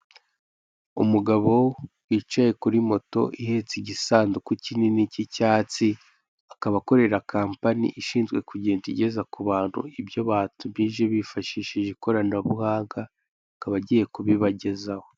Umugabo wicaye kuri moto ihetse igisanduku kinini cy'icyatsi akaba akorera kampani ishinzwe kugenda igeza ku bantu ibyo batumije bifashishije ikoranabuhanga akaba agiye kubibagezaho.